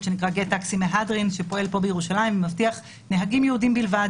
שנקרא GET TAXI מהדרין שפועל פה ירושלים ומבטיח נהגים יהודים בלבד,